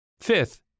Fifth